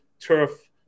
turf